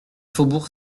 faubourg